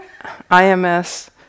IMS